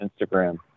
Instagram